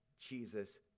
jesus